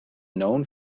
known